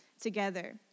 together